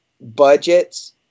budgets